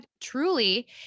truly